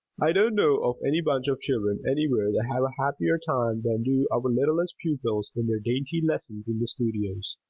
i don't know of any bunch of children anywhere that have a happier time than do our littlest pupils in their dainty lessons in the studios.